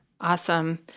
Awesome